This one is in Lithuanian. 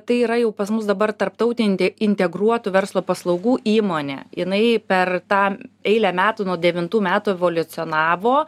tai yra jau pas mus dabar tarptautinti integruotų verslo paslaugų įmonė jinai per tą eilę metų nuo devintų metų evoliucionavo